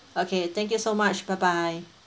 okay thank you so much bye bye